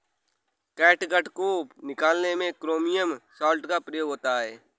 catgut को निकालने में क्रोमियम सॉल्ट का प्रयोग किया जाता है